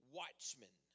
watchmen